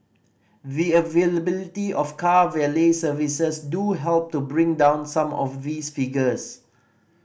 the availability of car valet services do help to bring down some of these figures